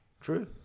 true